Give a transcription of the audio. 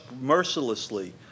mercilessly